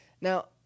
Now